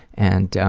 and,